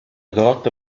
grotta